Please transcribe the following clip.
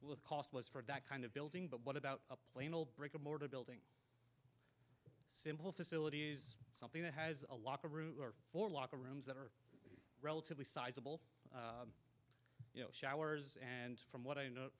the cost was for that kind of building but what about a plain old brick and mortar building simple facilities something that has a locker room for locker rooms that relatively sizable you know showers and from what i know